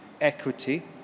equity